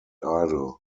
idle